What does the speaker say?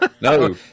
No